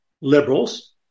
liberals